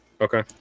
okay